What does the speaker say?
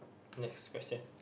next question